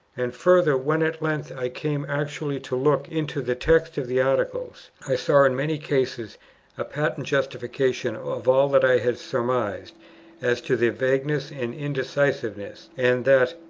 and further, when at length i came actually to look into the text of the articles, i saw in many cases a patent justification of all that i had surmised as to their vagueness and indecisiveness, and that,